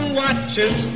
watches